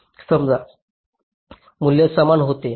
समजा मूल्य समान होते